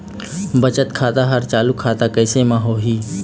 बचत खाता हर चालू खाता कैसे म होही?